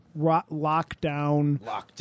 Lockdown